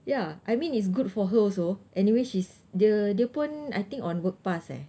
ya I mean it's good for her also anyway she's dia dia pun I think on work pass eh